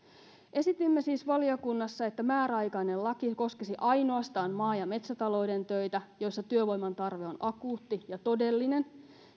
esitimme siis valiokunnassa että määräaikainen laki koskisi ainoastaan maa ja metsätalouden töitä joissa työvoiman tarve on akuutti ja todellinen